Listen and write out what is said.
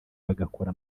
bagakora